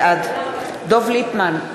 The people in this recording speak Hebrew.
בעד דב ליפמן,